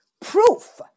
proof